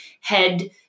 head